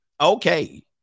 Okay